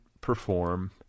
perform